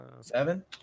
Seven